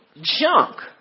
Junk